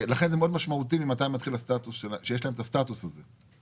לכן זה מאוד משמעותי שיש להם את הסטטוס הזה.